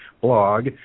blog